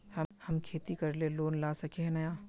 हम खेती करे ले लोन ला सके है नय?